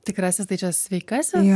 tikrasis tai čia sveikasis